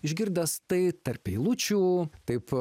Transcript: išgirdęs tai tarp eilučių taip